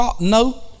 no